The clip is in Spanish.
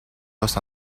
los